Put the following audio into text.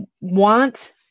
want